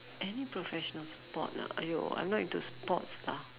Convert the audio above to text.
any professional sport ah !aiyo! I'm not into sports lah